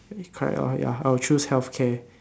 correct lor ya I would choose healthcare